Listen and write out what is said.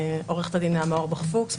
עוה"ד נעמה אורבך פוקס,